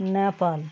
Nepal